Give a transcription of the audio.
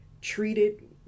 treated